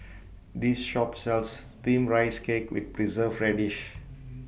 This Shop sells Steamed Rice Cake with Preserved Radish